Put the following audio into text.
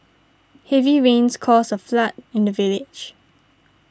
heavy rains caused a flood in the village